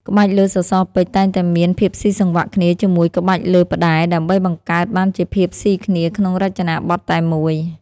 ក្បាច់លើសសរពេជ្រតែងតែមាន ភាពស៊ីសង្វាក់គ្នា ជាមួយក្បាច់លើផ្តែរ ដើម្បីបង្កើតបានជាភាពសុីគ្នាក្នុងរចនាបថតែមួយ។